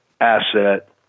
asset